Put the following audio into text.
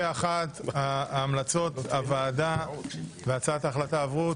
פה אחד המלצות הוועדה והצעת ההחלטה עברו.